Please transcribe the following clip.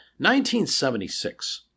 1976